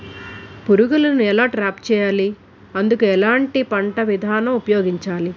పురుగులను ఎలా ట్రాప్ చేయాలి? అందుకు ఎలాంటి పంట విధానం ఉపయోగించాలీ?